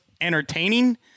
entertaining